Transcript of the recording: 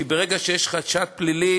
כי ברגע שיש חשד פלילי,